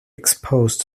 exposed